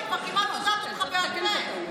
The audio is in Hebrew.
אני כבר כמעט יודעת אותך בעל פה.